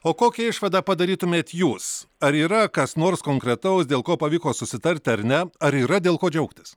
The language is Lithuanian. o kokią išvadą padarytumėt jūs ar yra kas nors konkretaus dėl ko pavyko susitart ar ne ar yra dėl ko džiaugtis